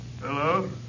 Hello